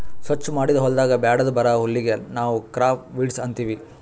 ಸ್ವಚ್ ಮಾಡಿದ್ ಹೊಲದಾಗ್ ಬ್ಯಾಡದ್ ಬರಾ ಹುಲ್ಲಿಗ್ ನಾವ್ ಕ್ರಾಪ್ ವೀಡ್ಸ್ ಅಂತೀವಿ